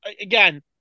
Again